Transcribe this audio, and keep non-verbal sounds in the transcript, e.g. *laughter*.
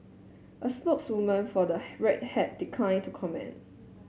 a spokeswoman for the *unintelligible* Red Hat declined to comment